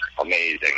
amazing